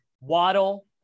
Waddle